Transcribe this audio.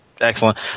excellent